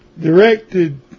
directed